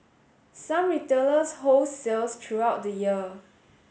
some retailers hold sales throughout the year